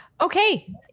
Okay